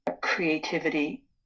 creativity